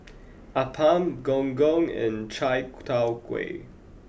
Appam Gong Gong and Chai Tow Kuay